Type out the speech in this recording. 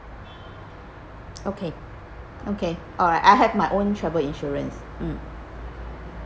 okay okay alright I have my own travel insurance mm